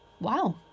wow